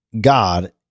God